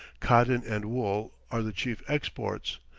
cotton and wool are the chief exports.